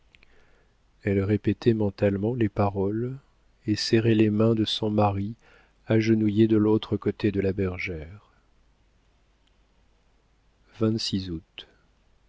elle répétait mentalement les paroles et serrait les mains de son mari agenouillé de l'autre côté de la bergère